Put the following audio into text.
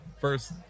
First